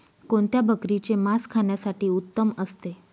कोणत्या बकरीचे मास खाण्यासाठी उत्तम असते?